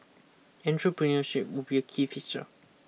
entrepreneurship would be a key feature